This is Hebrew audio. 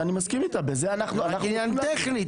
ואני מסכים איתו --- עניין טכני,